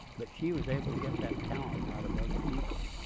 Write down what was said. but she was able to get that talent out of other people.